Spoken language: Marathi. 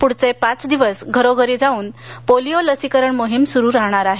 प्ढचे पाच दिवस घरोघरी जाऊन पोलिओ लसीकरण मोहीम सुरू राहणार आहे